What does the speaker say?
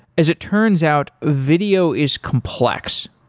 as it turns out, video is complex.